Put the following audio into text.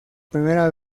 primera